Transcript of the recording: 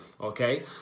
okay